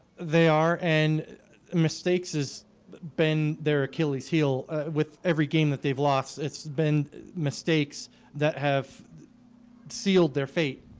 they are and mistakes has been their achilles heel with every game that they've lost. it's been mistakes that have sealed their fate.